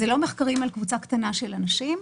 אלה לא מחקרים על קבוצה קטנה של אנשים.